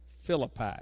Philippi